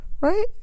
Right